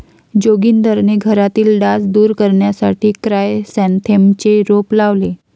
जोगिंदरने घरातील डास दूर करण्यासाठी क्रायसॅन्थेममचे रोप लावले